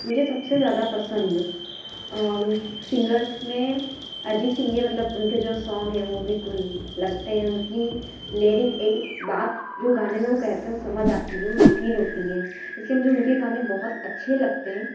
मुझे सबसे ज़्यादा पसंद सिंगर्स में अरिजीत सिंह हैं मतलब उनके जो सॉन्ग हैं वो बिल्कुल लगते हैं उनकी लैरिक एक एक बात जो गाने में वो कहते हैं वो समझ आती वो फ़ील होती है इसलिए मुझे उनके गाने बहुत अच्छे लगते हैं